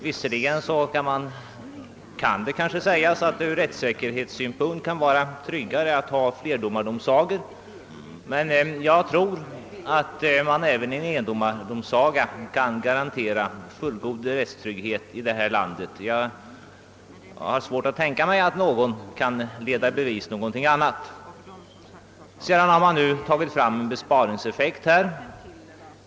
Visserligen kan det kanske ur rättvisesynpunkt vara tryggare att ha flerdomardomsagor, men jag tror att man även i en endomardomsaga kan garantera fullgod rättstrygghet i detta land. Jag har svårt att tänka mig att någon kan föra i bevis en annan uppfattning. Som motiv för flerdomardomsagorna har anförts besparingseffekten.